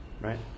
right